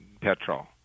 petrol